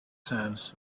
sands